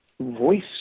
voice